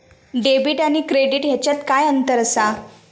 Debit आणि credit ह्याच्यात काय अंतर असा?